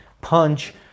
punch